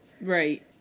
Right